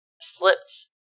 slipped